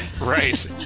Right